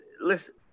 listen